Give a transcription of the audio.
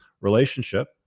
relationship